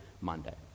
Monday